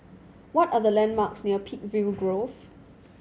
what are the landmarks near Peakville Grove